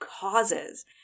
causes